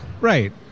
Right